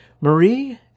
Marie